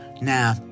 Now